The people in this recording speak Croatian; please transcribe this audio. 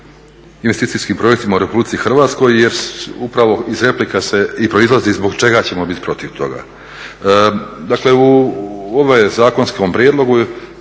investicijskim projektima u RH jer upravo iz replika se i proizlazi zbog čega ćemo biti protiv toga. Dakle, u ovom zakonskome prijedlogu